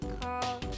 call